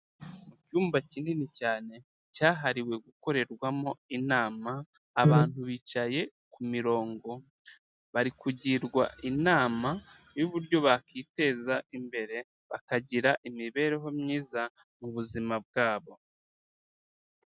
Mu cyumba kinini cyane cyahariwe gukorerwamo inama, abantu bicaye ku mirongo bari kugirwa inama y'uburyo bakwiteza imbere, bakagira imibereho myiza mu buzima bwabo.